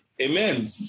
Amen